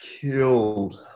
killed